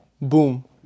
Boom